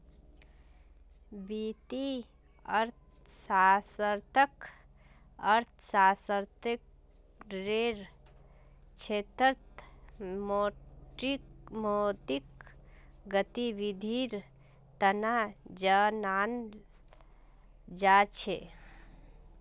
वित्तीय अर्थशास्त्ररक अर्थशास्त्ररेर क्षेत्रत मौद्रिक गतिविधीर तना जानाल जा छेक